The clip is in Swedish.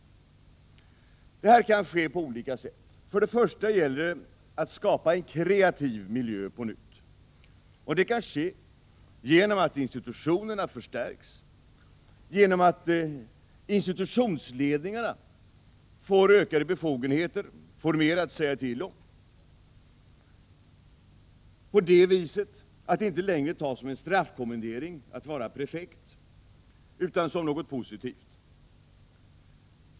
Detta kan ske på olika sätt. Först och främst skall man skapa en kreativ miljö på nytt. Detta kan ske genom att institutionerna förstärks och genom att institutionsledningarna får ökade befogenheter och mer att säga till om. På det viset kommer det inte längre att tas som en straffkommendering att vara prefekt utan ses som någonting positivt.